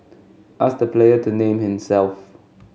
ask the player to name himself